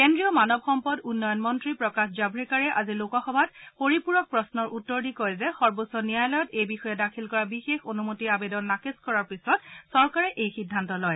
কেন্দ্ৰীয় মানৱ সম্পদ উন্নয়ন মন্ত্ৰী প্ৰকাশ জাভড়েকাৰে আজি লোকসভাত পৰীপুৰক প্ৰশ্নৰ উত্তৰ দি কয় যে সৰ্বোচ্চ ন্যায়ালয়ত এই বিষয়ে দাখিল কৰা বিশেষ অনুমতি আবেদন নাকচ কৰাৰ পিছত চৰকাৰে এই সিদ্ধান্ত লয়